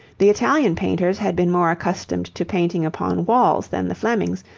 the italian painters had been more accustomed to painting upon walls than the flemings,